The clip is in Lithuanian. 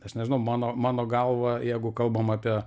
aš nežinau mano mano galva jeigu kalbam apie